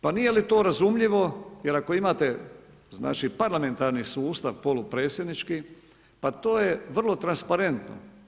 Pa nije li to razumljivo jer ako imate parlamentaran sustav, polupredsjednički, pa to je vrlo transparentno.